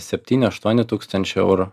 septyni aštuoni tūkstančiai eurų